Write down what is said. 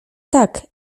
tak